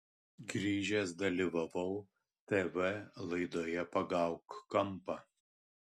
grįžęs dalyvavau tv laidoje pagauk kampą